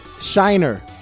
shiner